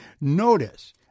Notice